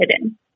hidden